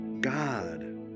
God